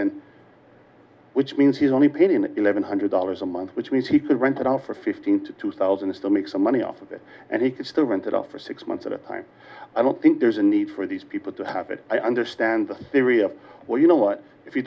and which means he's only paid in eleven hundred dollars a month which means he could rent it all for fifteen to two thousand and still make some money off of it and he could still rent it off for six months at a time i don't think there's a need for these people to have it i understand the theory of well you know what if you